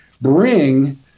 bring